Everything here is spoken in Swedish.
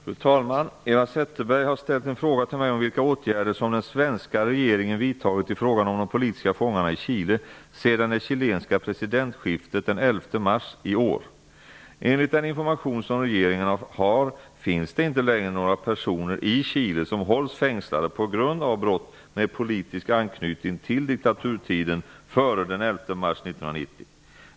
Fru talman! Eva Zetterberg har ställt en fråga till mig om vilka åtgärder som den svenska regeringen vidtagit i frågan om de politiska fångarna i Chile sedan det chilenska presidentskiftet den 11 mars i år. Enligt den information som regeringen har finns det inte längre några personer i Chile som hålls fängslade på grund av brott med politisk anknytning till diktaturtiden före den 11 mars 1990.